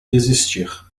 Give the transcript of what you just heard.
desistir